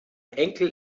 enkel